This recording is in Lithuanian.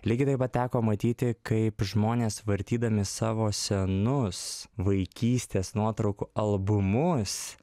lygiai taip pat teko matyti kaip žmonės vartydami savo senus vaikystės nuotraukų albumus